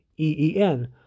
E-E-N